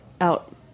Out